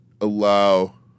allow